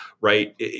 right